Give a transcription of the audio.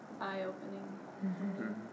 eye-opening